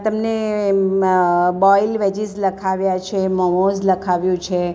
તમને boil veggies લખાવ્યા છે મોમોસ લખાવ્યું છે